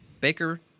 Baker